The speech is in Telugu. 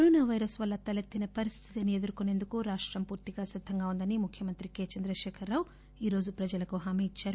కరోనా వైరస్ వల్ల తలెత్తిన పరిస్థితిని ఎదుర్కొనేందుకు రాష్టం పూర్తిగా సిద్దంగా ఉందని తెలంగాణ ముఖ్యమంత్రి కే చంద్రశేఖర్రావు ఈరోజు ప్రజలకు హామీ ఇచ్చారు